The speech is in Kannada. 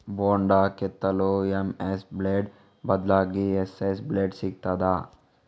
ಬೊಂಡ ಕೆತ್ತಲು ಎಂ.ಎಸ್ ಬ್ಲೇಡ್ ಬದ್ಲಾಗಿ ಎಸ್.ಎಸ್ ಬ್ಲೇಡ್ ಸಿಕ್ತಾದ?